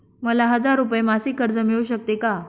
मला हजार रुपये मासिक कर्ज मिळू शकते का?